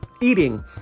eating